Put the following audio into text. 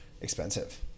expensive